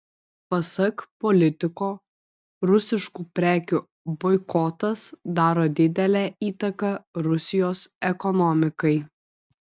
pasak politiko rusiškų prekių boikotas daro didelę įtaką rusijos ekonomikai